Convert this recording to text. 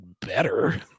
better